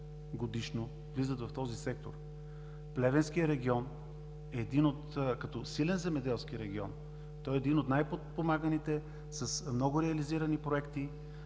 годишно влизат в този сектор. Плевенският регион, като силен земеделски регион, е един от най-подпомаганите, с много реализирани проекти